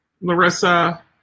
Larissa